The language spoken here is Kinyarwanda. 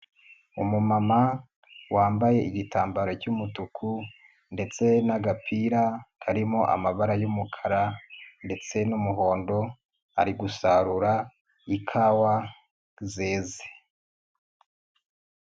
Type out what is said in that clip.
Umumama wambaye igitambaro cy'umutuku ndetse n'agapira karimo amabara y'umukara, ndetse n'umuhondo ari gusarura ikawa zeze.